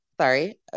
sorry